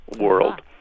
world